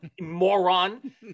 moron